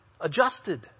adjusted